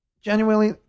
genuinely